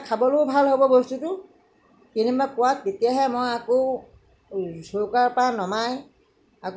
আৰু তেতিয়াহে খাবলৈও ভাল হ'ব বস্তুটো তেনেকুৱা কোৱাত তেতিয়াহে মই আকৌ চৌকাৰ পৰা নমাই